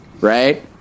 right